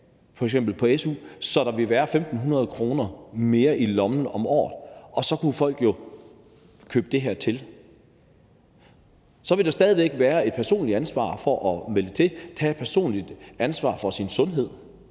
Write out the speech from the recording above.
f.eks. su, så der ville være 1.500 kr. mere i lommen om året? For så kunne folk jo tilkøbe det her. Så vil der stadig væk være et personligt ansvar for at melde sig til; et personligt ansvar at tage for sin sundhed.